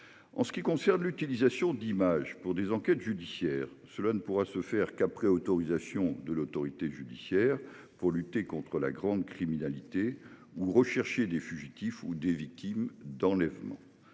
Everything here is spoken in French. terroriste. L'utilisation d'images pour des enquêtes judiciaires, quant à elle, ne pourra se faire qu'après autorisation de l'autorité judiciaire afin de lutter contre la grande criminalité ou de rechercher des fugitifs ou des victimes d'enlèvement.